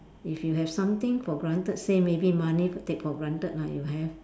if you have something for granted say maybe money take for granted lah you have